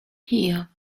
here